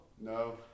No